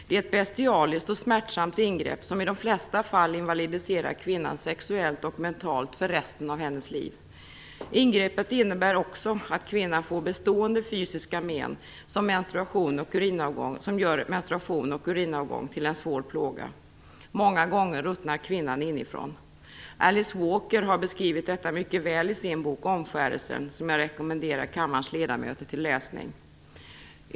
Det är ett bestialiskt och smärtsamt ingrepp, som i de flesta fall invalidiserar kvinnan sexuellt och mentalt för resten av hennes liv. Ingreppet innebär också att kvinnan får bestående fysiska men, som gör menstruation och urinavgång till en svår plåga. Många gånger ruttnar kvinnan inifrån. Alice Walker har beskrivit detta mycket väl i sin bok Omskärelsen, som jag rekommenderar kammarens ledamöter till läsning.